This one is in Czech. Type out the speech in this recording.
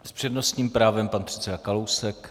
S přednostním právem pan předseda Kalousek.